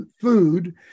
food